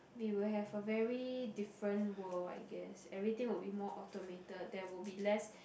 we will have a very different world I guess everything will be more automated there will be less